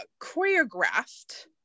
choreographed